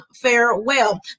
farewell